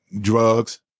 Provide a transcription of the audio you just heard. Drugs